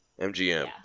mgm